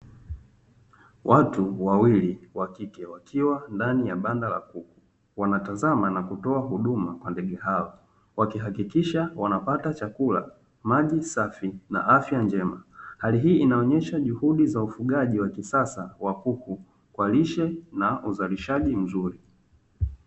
Watu wawili wa kike wakiwa ndani ya banda la kuku wanatazama na kutoa huduma kwa ndege hao wakihakikisha wanapata chakula, maji safi na afya njema. Hali hii inaonesha juhudi za ufugaji wa kisasa wa kuku kwa lishe na uzalishaji mzuri.